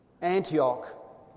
Antioch